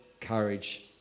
courage